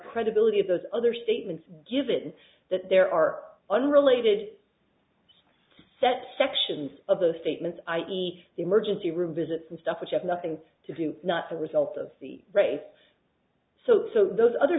credibility of those other statements given that there are unrelated set sections of those statements i e the emergency room visits and stuff which have nothing to do not the result of the race so so those other